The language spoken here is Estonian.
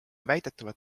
väidetavalt